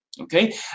Okay